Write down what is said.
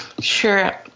Sure